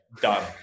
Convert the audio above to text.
Done